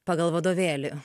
pagal vadovėlį